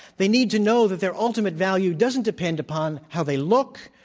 they need to know that their ultimate value doesn't depend upon how they look,